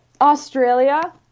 Australia